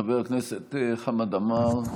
חבר הכנסת חמד עמאר,